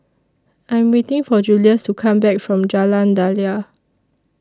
I'm waiting For Julius to Come Back from Jalan Daliah